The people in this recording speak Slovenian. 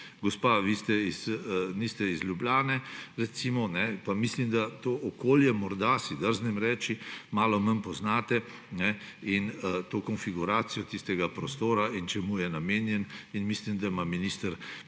Gospa, vi niste iz Ljubljane pa mislim, da to okolje, morda, si drznem reči, malo manj poznate in konfiguracijo tistega prostora in čemu je namenjen. Mislim, da ima minister